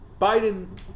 Biden